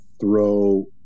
throw